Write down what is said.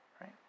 right